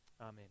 Amen